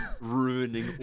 ruining